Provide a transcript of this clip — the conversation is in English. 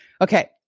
Okay